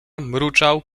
mruczał